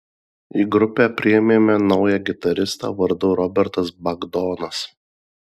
į grupę priėmėme naują gitaristą vardu robertas bagdonas